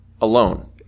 alone